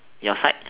your side